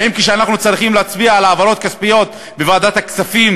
האם כשאנחנו צריכים להצביע על העברות כספיות בוועדת הכספים